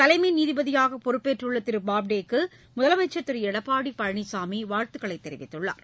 தலைமை நீதிபதியாக பொறுப்பேற்றுள்ள திரு பாப்டே க்கு முதலமைச்ச் திரு எடப்பாடி பழனிசாமி வாழ்த்து தெரிவித்துள்ளார்